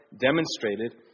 demonstrated